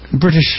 British